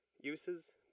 uses